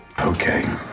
Okay